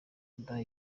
kudaha